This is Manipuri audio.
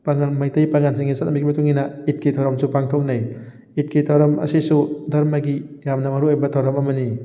ꯄꯥꯉꯟ ꯃꯩꯇꯩ ꯄꯥꯉꯟꯁꯤꯡꯒꯤ ꯆꯠꯅꯕꯤꯒꯤ ꯃꯇꯨꯡ ꯏꯟꯅ ꯏꯗꯀꯤ ꯊꯧꯔꯝꯁꯨ ꯄꯥꯡꯊꯣꯛꯅꯩ ꯏꯗꯀꯤ ꯊꯧꯔꯝ ꯑꯁꯤꯁꯨ ꯗꯔꯃꯒꯤ ꯌꯥꯝꯅ ꯃꯔꯨ ꯑꯣꯏꯕ ꯊꯧꯔꯝ ꯑꯃꯅꯤ